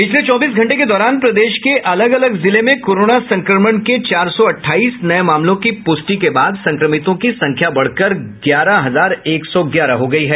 पिछले चौबीस घंटे के दौरान प्रदेश के अलग अलग जिले में कोरोना संक्रमण के चार सौ अठाईस नए मामलों की पुष्टि के बाद संक्रमितों की संख्या बढ़कर ग्यारह हजार एक सौ ग्यारह हो गई है